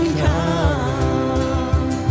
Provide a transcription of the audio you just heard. come